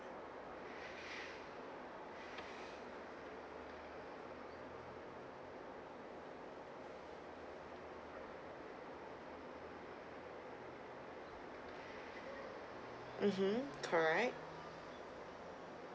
mmhmm correct